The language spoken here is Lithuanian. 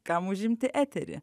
kam užimti eterį